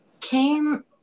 came